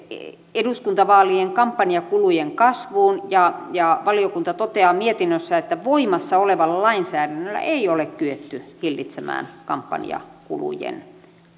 eduskuntavaalien kampanjakulujen kasvuun ja ja valiokunta toteaa mietinnössään että voimassa olevalla lainsäädännöllä ei ole kyetty hillitsemään kampanjakulujen